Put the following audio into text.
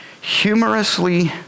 humorously